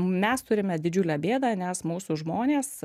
mes turime didžiulę bėdą nes mūsų žmonės